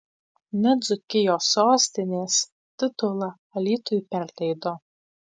net dzūkijos sostinės titulą alytui perleido